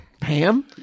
Pam